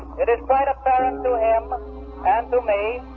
it is quite apparent to him and to me